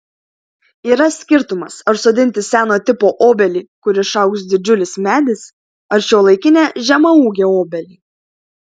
yra skirtumas ar sodinti seno tipo obelį kur išaugs didžiulis medis ar šiuolaikinę žemaūgę obelį